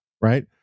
right